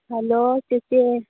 hello ꯆꯦꯆꯦ